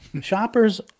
shoppers